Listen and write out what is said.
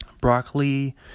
Broccoli